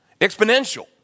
exponential